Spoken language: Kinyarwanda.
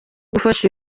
gufasha